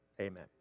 Amen